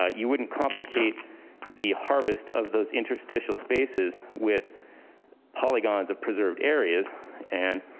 ah you wouldn't complicate the harvest of those interstitial spaces with polygons of preserved areas and